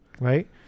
Right